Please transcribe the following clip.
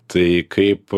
tai kaip